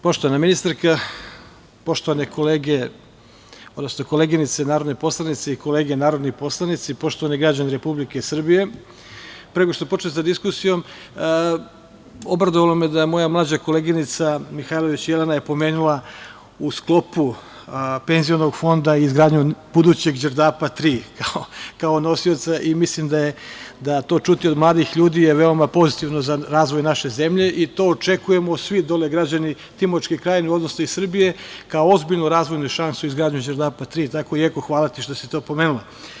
poštovana ministarka, poštovane koleginice i kolege narodni poslanici, poštovani građani Republike Srbije, pre nego što počnem sa diskusijom, obradovalo me je da moja mlađa koleginica Mihajlović Jelena je pomenula u sklopu penzionog fonda izgradnju budućeg Đerdapa 3, kao nosioca i mislim da to čuti od mladih ljudi je veoma pozitivno za razvoj naše zemlje i to očekujemo svi dole građani Timočke krajine, odnosno Srbije, kao ozbiljnu razvojnu šansu, izgradnju Đerdapa 3. Tako da, Jeko, hvala ti što si to pomenula.